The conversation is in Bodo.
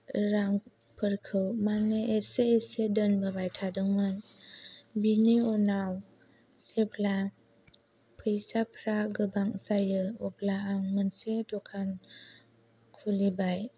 रांफोरखौ माने एसे एसे दोनबोबाय थादोंमोन बेनि उनाव जेब्ला फैसाफोरा गोबां जायो अब्ला आं मोनसे दखान खुलिबाय